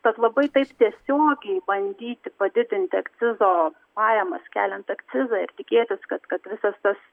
tat labai taip tiesiogiai bandyti padidinti akcizo pajamas keliant akcizą ir tikėtis kad kad visas tas